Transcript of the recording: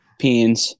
peens